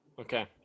Okay